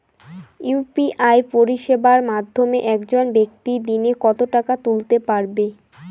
UPI পরিষেবার মাধ্যমে একজন ব্যাক্তি দিনে কত টাকা তুলতে পারবে?